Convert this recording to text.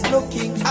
Looking